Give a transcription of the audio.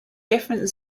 different